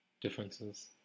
differences